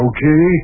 Okay